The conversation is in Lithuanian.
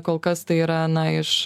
kol kas tai yra na iš